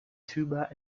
tuba